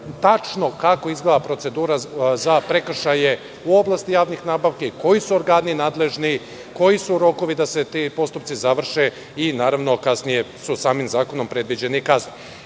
kako tačno izgleda procedura za prekršaje u oblasti javnih nabavki, koji su organi nadležni, koji su rokovi da se ti postupci završe, a naravno, kasnije su samim zakonom predviđene i